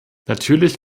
natürlich